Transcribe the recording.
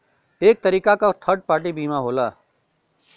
एक तरीके क थर्ड पार्टी बीमा होला